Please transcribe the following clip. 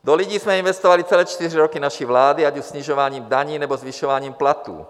Do lidí jsme investovali celé čtyři roky naší vlády, ať už snižováním daní, nebo zvyšováním platů.